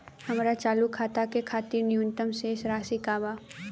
हमार चालू खाता के खातिर न्यूनतम शेष राशि का बा?